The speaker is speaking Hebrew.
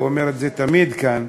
ואומר את זה תמיד כאן,